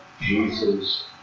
Jesus